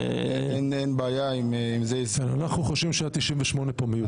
אנחנו חושבים שה-98 כאן מיותר.